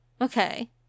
Okay